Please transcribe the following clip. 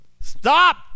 Stop